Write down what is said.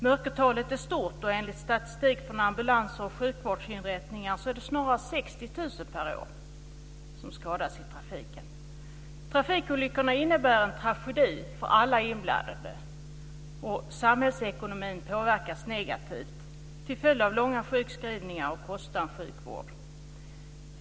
Mörkertalet är stort, och enligt statistik från ambulans och sjukvårdsinrättningar är det snarare Trafikolyckorna innebär en tragedi för alla inblandade. Samhällsekonomin påverkas negativt till följd av långa sjukskrivningar och kostsam sjukvård.